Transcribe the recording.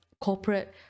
corporate